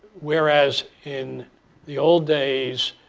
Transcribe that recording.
whereas, in the old days,